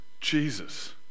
Jesus